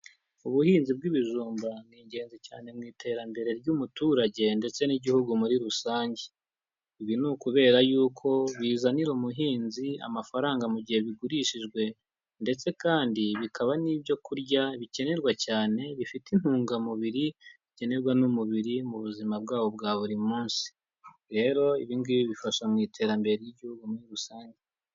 Ubuhinzi bw'ibijumba, ni ingenzi cyane mu iterambere ry'umuturage ndetse n'igihugu muri rusange. Ibi ni ukubera yuko bizanira ubuhinzi amafaranga mu gihe bigurishijwe ndetse kandi bikaba n'ibyo kurya bikenerwa cyane, bifite intungamubiri, bikenerwa n'umubiri mu buzima bwabo bwa buri munsi. Rero ibi ngibi bifasha mu iterambere ry'igihugu muri rusange.